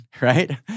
Right